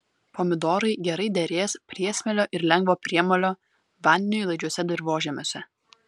pomidorai gerai derės priesmėlio ir lengvo priemolio vandeniui laidžiuose dirvožemiuose